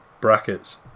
brackets